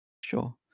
Sure